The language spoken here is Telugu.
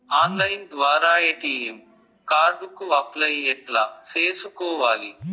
ఆన్లైన్ ద్వారా ఎ.టి.ఎం కార్డు కు అప్లై ఎట్లా సేసుకోవాలి?